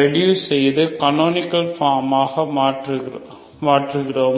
reduce செய்து canonical form ஆக மற்றுகிறோம்